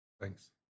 Thanks